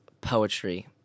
poetry